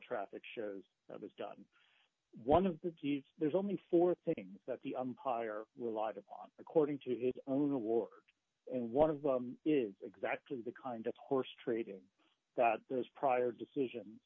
traffic shows has done one of the keys there's only four things that the umpire relied upon according to his own award and one of them is exactly the kind of horse trading that there is prior decisions